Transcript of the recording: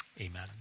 Amen